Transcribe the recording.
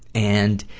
and,